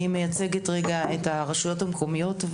אני מייצגת רגע את הרשויות המקומיות.